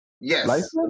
Yes